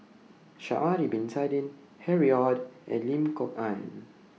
Sha'Ari Bin Tadin Harry ORD and Lim Kok Ann